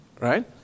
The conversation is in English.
right